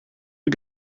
you